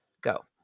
Go